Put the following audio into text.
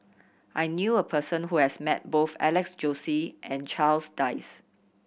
I knew a person who has met both Alex Josey and Charles Dyce